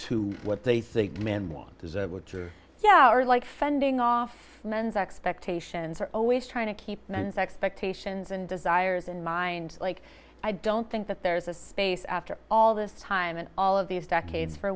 true yeah our like fending off men's expectations are always trying to keep men's expectations and desires in mind like i don't think that there is a space after all this time and all of these decades for